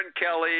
Kelly